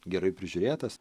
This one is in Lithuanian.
gerai prižiūrėtas